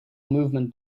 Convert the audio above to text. movement